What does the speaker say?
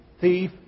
thief